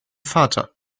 vater